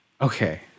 Okay